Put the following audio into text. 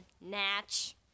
natch